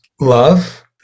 love